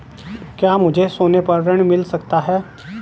क्या मुझे सोने पर ऋण मिल सकता है?